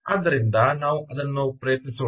ಆದ್ದರಿಂದ ನಾವು ಅದನ್ನು ಪ್ರಯತ್ನಿಸೋಣ